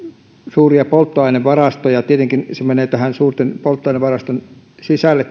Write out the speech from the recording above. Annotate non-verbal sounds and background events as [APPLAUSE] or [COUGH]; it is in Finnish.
suuria polttoainevarastoja tietenkin niiden öljyntorjuntamääräykset menevät suurten polttoainevarastojen sisälle [UNINTELLIGIBLE]